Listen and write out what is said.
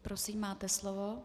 Prosím, máte slovo.